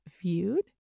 viewed